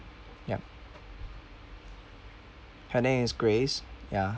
yup her name is grace ya